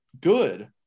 good